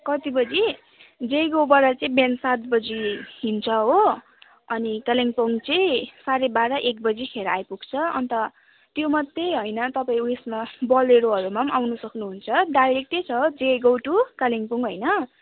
कति बजी जयगाउँबाट चाहिँ बिहान सात बजी हिँड्छ हो अनि कालिम्पोङ चाहिँ साढे बाह्र एक बजीखेर आइपुग्छ अन्त त्यो मात्रै होइन तपाईँ उइसमा बलेरोहरूमा पनि आउनु सक्नुहुन्छ डाइरेक्टै छ जयगाउँ टु कालिम्पोङ होइन